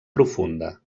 profunda